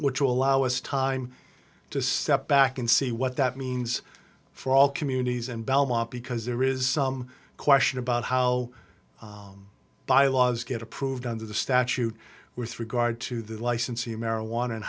which will allow us time to step back and see what that means for all communities and belmont because there is some question about how bylaws get approved under the statute with regard to the licensee of marijuana and